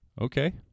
okay